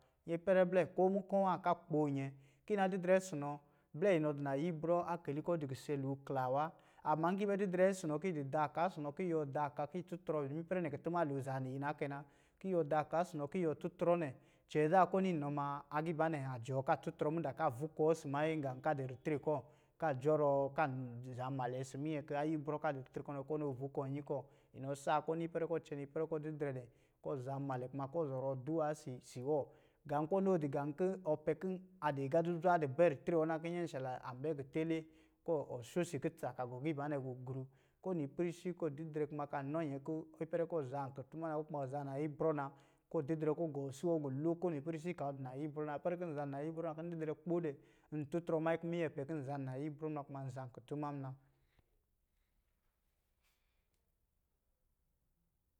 Ipɛrɛ blɛ ko mukɔ̄ wa ka kpoo nyɛ, ki na didrɛ si nɔ, blɛ inɔ di nayibrɔ akɛli kɔ̄ di kise lo klaa wa, amma ki bɛ didre si nɔ ki di da ka si nɔ ki yuwɔ da ka ki tutrɔ ipɛrɛ nɛ kutuma lo zaa yi na kɛ na. Ki yuwɔ da ka si nɔ, ki yuwɔ tutrɔ nɛ, cɛɛ zaa kɔ ni nɔ ma agiibanɛ a jɔɔ ka tutrɔ mudāā ka vukɔɔ isi manyi gā ka di ritre kɔ ka jɔrɔɔ kan zanmalɛ isi minyɛ ki ayibrɔ ka di retre kɔ̄ nɛ, kɔ nɔɔ vukɔɔ nyi kɔ. Inɔ saa zanmalɛ isi minyɛ ki ayibrɔ ka di ritre kɔ̄ nɛ, kɔ nɔɔ vukɔɔ nyi kɔ. Inɔ saa ko ni ipɛrɛ kɔ cɛnɛ ipɛrɛ kɔ didrɛ dɛ, kɔ zan malɛ kuma kɔ zɔrɔ duwa isi si wɔ. Gā kɔ nɔɔ gā kɔ̄ ɔ pɛ kɔ̄ a di aga zuzwa di bɛ ritre wɔ na kɔ̄ nyɛnshala an bɛ gitɛlɛ, kɔ ɔ sho si kutsa ka gɔ giibanɛ gugru ko nipɛrisi kɔ didrɛ kuma ka nɔ nyɛ kɔ̄ ipɛrɛ kɔ zan kutuma na, ko kuma ɔ zaa nayibrɔ na, kɔ didrɛ kɔ gɔɔsi wɔ gu lo ko nipɛrisi a ɔ di nayi brɔ na. Ipɛrɛ kɔ̄ zan nayibrɔ na kɔ̄ n didrɛ kpoo dɛ, n tutrɔ manyi ki minyɛ pɛ kɔ̄ zan nayibrɔ ma, kuma n zan kutuma muna.